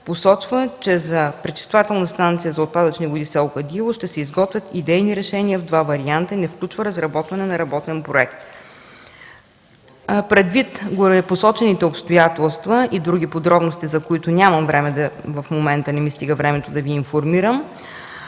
посочва, че за пречиствателна станция за отпадъчни води в село Кадиево ще се изготвят идейни решения в два варианта и не включва разработване на работен проект. Предвид горепосочените обстоятелства и други подробности, за които нямам време, тъй като не ми стига в момента, за да Ви информирам